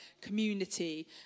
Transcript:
community